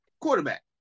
quarterback